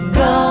go